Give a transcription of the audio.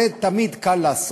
את זה תמיד קל לעשות,